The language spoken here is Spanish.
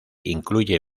incluye